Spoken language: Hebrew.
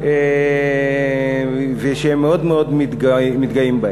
ושהן מאוד מתגאות בהן.